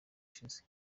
ushize